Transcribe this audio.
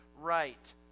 right